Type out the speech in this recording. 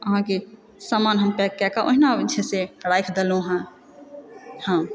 अहाँकेँ समान हम पैककऽ कऽ ओहिना ओ जे छै से राखि देलहुँ हँ हँ